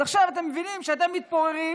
אז עכשיו אתם מבינים שאתם מתפוררים,